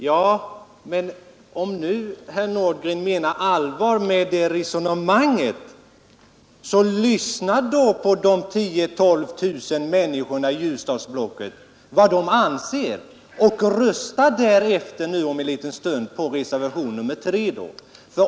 Ja, men om nu herr Nordgren menar allvar med detta resonemang, lyssna då på vad de 10 000-12 000 människorna i Ljusdalsblocket anser och rösta därefter om en liten stund på reservationen 3.